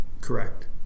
correct